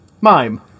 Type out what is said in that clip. mime